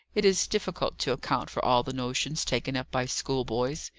it is difficult to account for all the notions taken up by schoolboys.